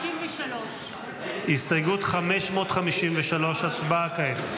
553. הסתייגות 553, הצבעה כעת.